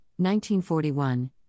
1941